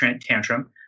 tantrum